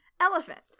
elephants